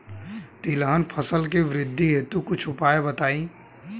तिलहन फसल के वृद्धि हेतु कुछ उपाय बताई?